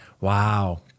Wow